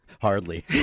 Hardly